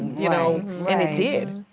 you know and it did.